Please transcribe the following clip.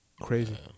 Crazy